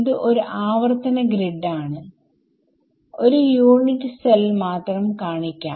ഇത് ഒരു ആവർത്തന ഗ്രിഡ് ആണ് ഒരു യൂണിറ്റ് സെൽമാത്രം കാണിക്കാം